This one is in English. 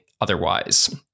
otherwise